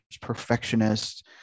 perfectionists